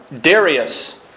Darius